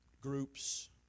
groups